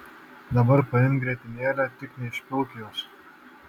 dabar paimk grietinėlę tik neišpilk jos